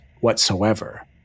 whatsoever